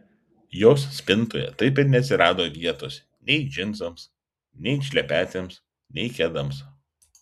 jos spintoje taip ir neatsirado vietos nei džinsams nei šlepetėms nei kedams